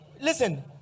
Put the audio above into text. listen